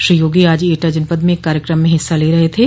श्री योगी आज एटा जनपद में एक कार्यक्रम में हिस्सा ले रहे थे